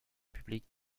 publique